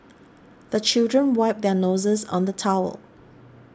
the children wipe their noses on the towel